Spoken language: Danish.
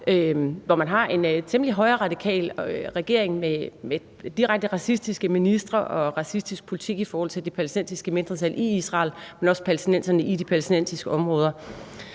hvor man har en temmelig højreradikal regering med direkte racistiske ministre og racistisk politik i forhold til det palæstinensiske mindretal i Israel, men også i forhold til palæstinenserne i de palæstinensiske områder.